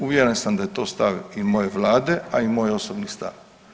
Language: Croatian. Uvjeren sam da je to stav i moje Vlade, a i moj osobni stav.